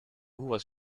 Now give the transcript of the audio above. was